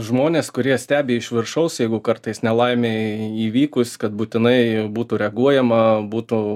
žmones kurie stebi iš viršaus jeigu kartais nelaimei įvykus kad būtinai būtų reaguojama būtų